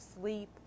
sleep